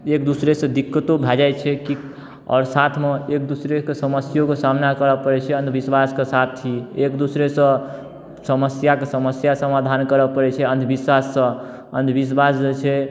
एक दूसरा सँ दिक्कतो भऽ जाइ छै की आओर साथमे एक दूसराके समस्योके सामना करऽ परै छै अंधविश्वास के साथ ही एक दूसरा सँ समस्या के समस्या समाधान करऽ परै छै अंधविश्वास सँ अंधविश्वास जे छै